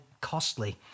costly